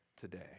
today